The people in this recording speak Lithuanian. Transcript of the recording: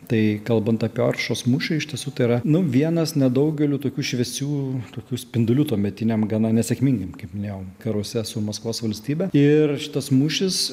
tai kalbant apie oršos mūšį iš tiesų tai yra nu vienas nedaugelio tokių šviesių tokių spindulių tuometiniam gana nesėkmingiem kaip minėjom karuose su maskvos valstybe ir šitas mūšis